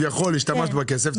השתמשת בכסף,